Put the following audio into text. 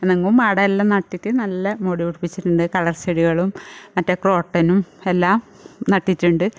പിന്നെ എങ്ങും അവിടെയെല്ലാം നട്ടിട്ട് നല്ല മോടി പിടിപ്പിച്ചിട്ടുണ്ട് കളർ ചെടികളും മറ്റേ ക്രോട്ടനും എല്ലാം നട്ടിട്ടുണ്ട്